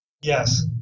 Yes